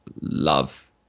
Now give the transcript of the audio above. love